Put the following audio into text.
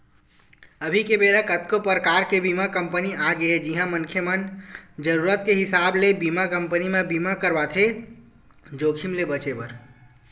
अभी के बेरा कतको परकार के बीमा कंपनी आगे हे जिहां मनखे मन जरुरत के हिसाब ले बीमा कंपनी म बीमा करवाथे जोखिम ले बचें बर